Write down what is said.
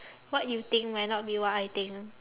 what you think might not be what I think